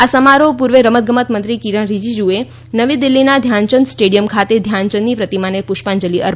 આ સમારોહ પૂર્વે રમત ગમત મંત્રી કીરણ રીજીજુએ નવી દિલ્હીના ધ્યાનચંદ સ્ટેડીયમ ખાતે ધ્યાનચંદની પ્રતિમાને પુષ્પાજલી અર્પણ કરી હતી